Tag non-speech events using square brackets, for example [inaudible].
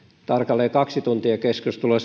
tarkalleen kaksi tuntia keskustelua [unintelligible]